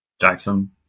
Jackson